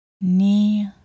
knee